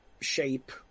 shape